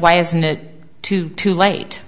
why isn't it too too late